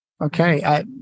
Okay